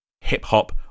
hip-hop